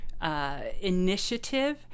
Initiative